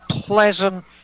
pleasant